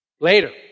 Later